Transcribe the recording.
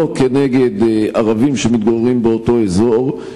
לא כנגד ערבים שמתגוררים באותו אזור,